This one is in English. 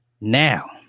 Now